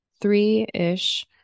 three-ish